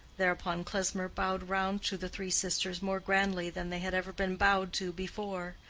thereupon klesmer bowed round to the three sisters more grandly than they had ever been bowed to before.